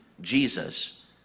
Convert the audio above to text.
jesus